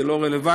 זה לא רלוונטי,